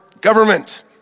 government